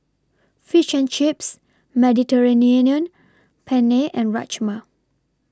Fish and Chips Mediterranean Penne and Rajma